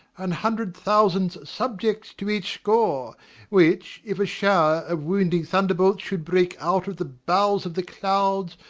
and hundred thousands subjects to each score which, if a shower of wounding thunderbolts should break out of the bowels of the clouds,